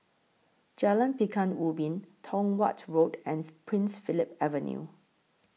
Jalan Pekan Ubin Tong Watt Road and Prince Philip Avenue